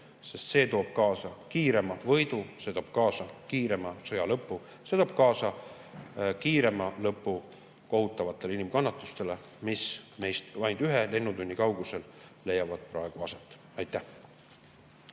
sest see toob kaasa kiirema võidu, see toob kaasa sõja kiirema lõpu. See toob kaasa kiirema lõpu kohutavatele inimkannatustele, mis meist vaid ühe lennutunni kaugusel leiavad praegu aset. Aitäh!